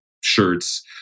shirts